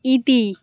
ইতি